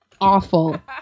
awful